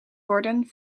worden